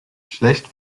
schlecht